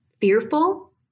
fearful